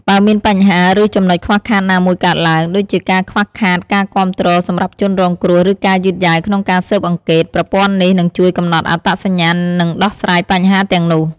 បើមានបញ្ហាឬចំណុចខ្វះខាតណាមួយកើតឡើង ដូចជាការខ្វះខាតការគាំទ្រសម្រាប់ជនរងគ្រោះ ឬការយឺតយ៉ាវក្នុងការស៊ើបអង្កេត ប្រព័ន្ធនេះនឹងជួយកំណត់អត្តសញ្ញាណ និងដោះស្រាយបញ្ហាទាំងនោះ។